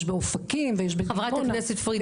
יש באופקים ויש בדימונה,